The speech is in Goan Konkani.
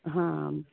हां